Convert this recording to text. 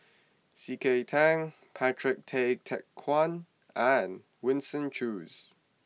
C K Tang Patrick Tay Teck Guan and Winston Choos